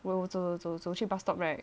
我走走走去 bus stop right